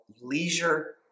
leisure